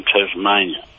Tasmania